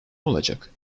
olacak